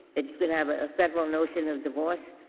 that you can have a federal notion of divorce,